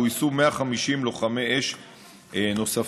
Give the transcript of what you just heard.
גויסו 150 לוחמי אש נוספים.